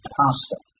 pastor